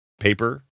paper